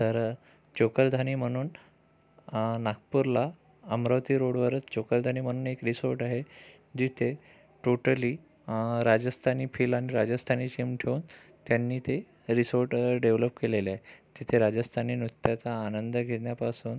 तर चोकलधानी म्हणून नागपूरला अमरावती रोडवरच चोकलधानी म्हणून एक रिसोट आहे जिथे टोटली राजस्थानी फील आणि राजस्थानी थीम ठेवून त्यांनी ते रिसोट डेवलप केलेलं आहे तिथे राजस्थानी नृत्याचा आनंद घेण्यापासून